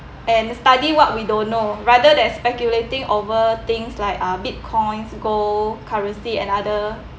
and study what we don't know rather than speculating over things like uh bitcoins gold currency and other